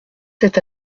cet